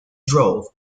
drove